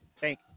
Thank